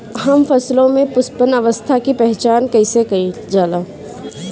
हम फसलों में पुष्पन अवस्था की पहचान कईसे कईल जाला?